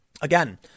Again